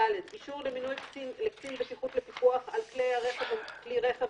(ד) אישור למינוי לקצין בטיחות לפיקוח על כלי רכב המוביל